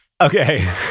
Okay